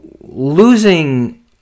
losing